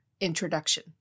Introduction